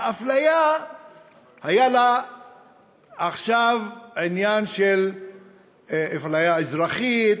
האפליה עכשיו היא עניין של אפליה אזרחית,